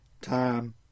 time